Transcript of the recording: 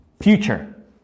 future